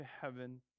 heaven